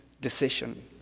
decision